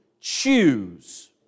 choose